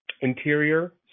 Interior